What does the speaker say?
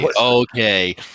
Okay